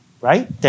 right